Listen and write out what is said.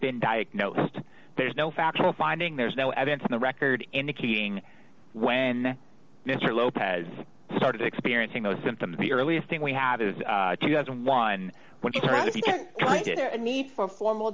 been diagnosed there's no factual finding there is no evidence in the record indicating when mr lopez started experiencing those symptoms the earliest thing we have is two thousand and one when he said if you need a formal